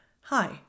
Hi